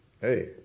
Hey